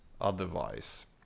otherwise